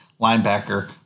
linebacker